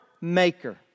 maker